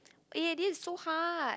eh this is so hard